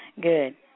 good